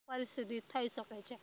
પરિસ્થિતિ થઈ શકે છે